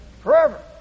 Forever